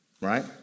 right